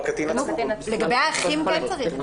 לגבי האחים כן צריך.